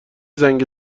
زنگ